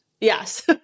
Yes